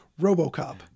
RoboCop